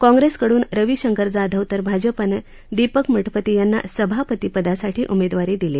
काँग्रेसकडुन रविशंकर जाधव तर भाजपनं दीपक मठपती यांना सभापतिपदासाठी उमेदवारी दिली